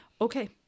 Okay